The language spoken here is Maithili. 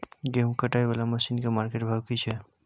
गेहूं कटाई वाला मसीन के मार्केट भाव की छै?